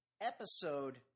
Episode